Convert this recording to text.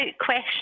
question